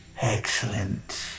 Excellent